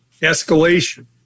escalation